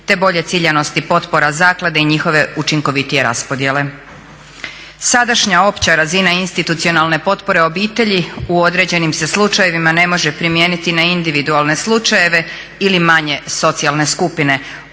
te bolje ciljanosti potpora zaklada i njihove učinkovitije raspodjele. Sadašnja opća razina institucionalne potpore obitelji u određenim se slučajevima ne može primijeniti na individualne slučajeve ili manje socijalne skupine,